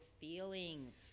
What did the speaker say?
feelings